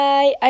Bye